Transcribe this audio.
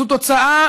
זו תוצאה